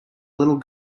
little